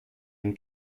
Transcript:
been